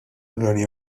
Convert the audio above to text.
unjoni